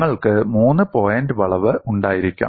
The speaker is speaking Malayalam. നിങ്ങൾക്ക് മൂന്ന് പോയിന്റ് വളവ് ഉണ്ടായിരിക്കാം